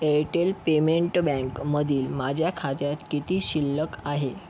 Airtel payment बँकमधील माझ्या खात्यात किती शिल्लक आहे